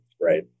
Right